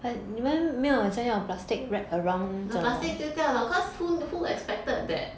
the plastic 丢掉了 because who who expected that